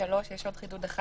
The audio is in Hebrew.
חידוד אחד